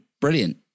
brilliant